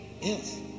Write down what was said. yes